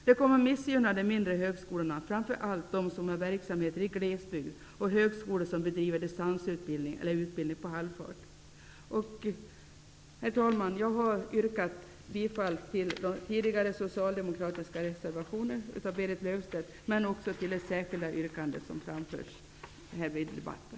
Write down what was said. Det kommer att missgynna de mindre högskolorna, framför allt de som har verksamheter i glesbygd och högskolor som bedriver distansutbildning eller utbildning på halvfart. Herr talman! Jag har yrkat bifall till den tidigare socialdemokratiska reservationen av Berit Löfstedt, men också till det särskilda yrkandet som har framförts här under debatten.